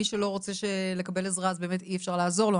מי שלא רוצה לקבל עזרה אז באמת אי אפשר לעזור לו,